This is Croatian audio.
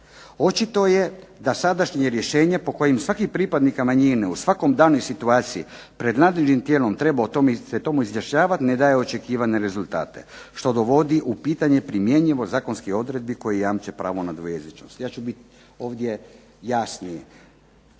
Očito je da sadašnje rješenje po kojem svaki pripadnik manjine u svakoj danoj situaciji pred nadležnim tijelom se treba o tomu izjašnjavati ne daje očekivane rezultate što dovodi u pitanje primjenjivost zakonskih odredbi koje jamče pravo na dvojezičnost. Ja ću bit ovdje jasniji.